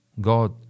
God